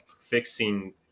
fixing